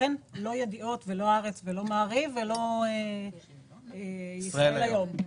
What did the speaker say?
לכן לא עלינו בכלל ב"ידיעות" ולא ב"הארץ" ולא "מעריב" ולא "ישראל היום".